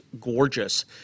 gorgeous